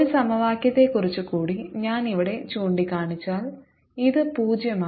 ഒരു സമവാക്യത്തെക്കുറിച്ച് കൂടി ഞാൻ ഇവിടെ ചൂണ്ടിക്കാണിച്ചാൽ ഇത് പൂജ്യമാണ്